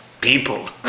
people